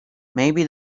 maybe